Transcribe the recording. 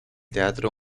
teatro